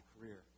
career